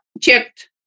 checked